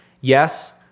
Yes